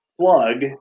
plug